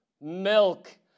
milk